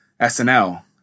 SNL